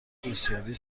دوستیابی